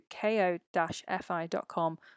ko-fi.com